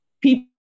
people